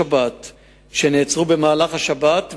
2. מדוע שוחררו הקטינים רק ב-02:00?